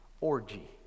orgy